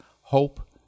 hope